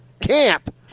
Camp